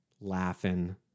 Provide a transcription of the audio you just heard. laughing